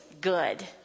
good